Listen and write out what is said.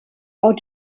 are